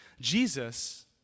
Jesus